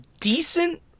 decent